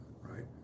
right